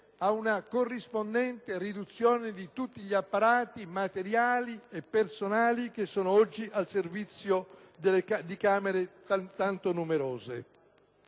ad una corrispondente riduzione di tutti gli apparati materiali e personali oggi al servizio di Camere tanto numerose.